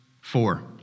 four